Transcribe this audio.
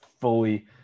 fully